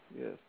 yes